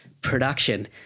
production